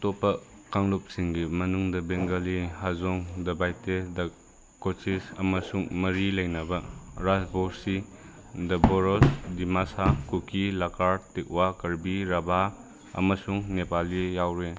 ꯑꯇꯣꯞꯄ ꯀꯥꯡꯂꯨꯞꯁꯤꯡꯒꯤ ꯃꯅꯨꯡꯗ ꯕꯦꯡꯒꯂꯤ ꯍꯥꯖꯣꯡ ꯗ ꯕꯥꯏꯇꯦ ꯗ ꯀꯣꯆꯤꯁ ꯑꯃꯁꯨꯡ ꯃꯔꯤ ꯂꯩꯅꯕ ꯔꯥꯁꯕꯣꯡꯁꯤ ꯗ ꯕꯣꯔꯣꯁ ꯗꯤꯃꯥꯁꯥ ꯀꯨꯀꯤ ꯂꯀꯥꯔ ꯇꯤꯠꯋꯥ ꯀꯥꯔꯕꯤ ꯔꯕꯥ ꯑꯃꯁꯨꯡ ꯅꯦꯄꯥꯂꯤ ꯌꯥꯎꯔꯤ